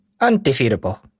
Undefeatable